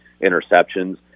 interceptions